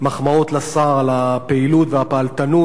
למחמאות לשר על הפעילות והפעלתנות.